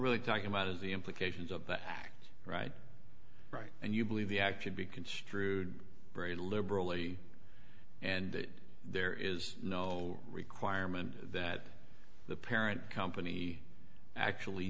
really talking about is the implications of back right right and you believe the action be construed very liberally and that there is no requirement that the parent company actually